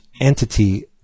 entity